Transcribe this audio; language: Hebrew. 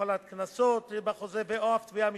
הפעלת קנסות שקבועים בחוזה או אף תביעה משפטית,